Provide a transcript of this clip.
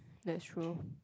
that's true